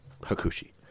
Hakushi